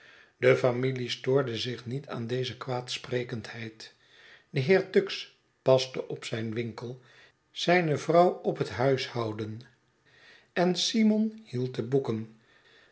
de familie stoorde zich niet aan deze kwaadsprekendheid de heer tuggs paste op zijn winkel zijne vrouw op het huishouden en simon hield de boeken